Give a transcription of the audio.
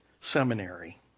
seminary